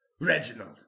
Reginald